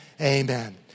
amen